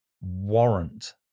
warrant